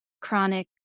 chronic